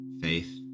faith